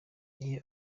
iyo